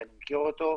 שאני מכיר אותו.